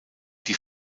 die